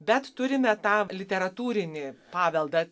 bet turime tą literatūrinį paveldą